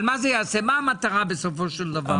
אבל מה המטרה בסופו של דבר?